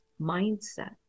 mindset